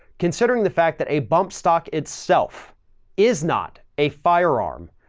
considering the fact that a bump stock itself is not a firearm,